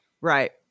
Right